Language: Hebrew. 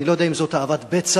אני לא יודע אם זאת תאוות בצע